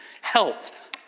Health